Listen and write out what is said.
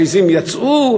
העזים יצאו,